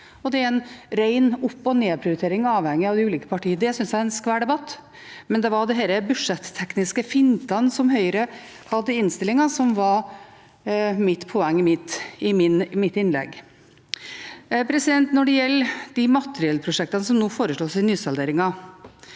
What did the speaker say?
Det er en ren opp- og nedprioritering avhengig av de ulike partiene. Det synes jeg er en skvær debatt, men det er disse budsjettekniske fintene som Høyre har i innstillingen som var mitt poeng i mitt innlegg. Til materiellprosjektene som nå foreslås i nysalderingen: